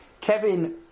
Kevin